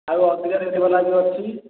ଆଉ ଅଧିକା ରେଟ୍ବାଲା ବି ଅଛି